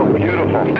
beautiful